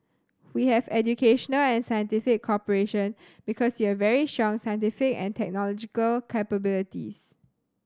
we have educational and scientific cooperation because you have very strong scientific and technological capabilities